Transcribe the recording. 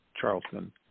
Charleston